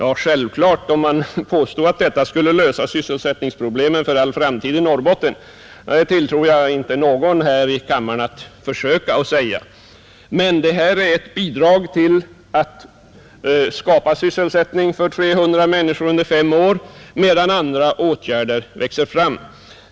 Nej, att det skulle lösa sysselsättningsproblemen för all framtid i Norrbotten tror jag inte att någon här i kammaren vill försöka göra gällande. Men det är ett bidrag till att skapa sysselsättning för 300 människor under fem år medan andra åtgärder växer fram.